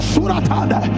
Suratada